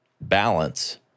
balance